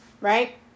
right